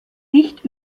dicht